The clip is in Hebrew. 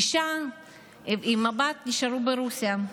האישה והבת נשארו ברוסיה.